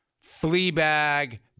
flea-bag